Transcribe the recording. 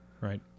right